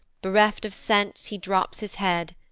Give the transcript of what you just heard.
bereft of sense, he drops his head,